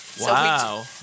Wow